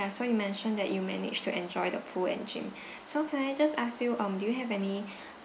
ya so you mentioned that you managed to enjoy the pool and gym so can I just ask you um do you have any